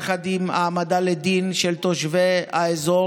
יחד עם העמדה לדין של תושבי האזור